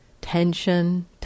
tension